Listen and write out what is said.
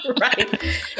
right